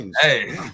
Hey